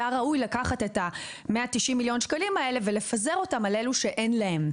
היה ראוי לקחת את 190 מיליון השקלים האלה ולפזר אותם על אלו שאין להם.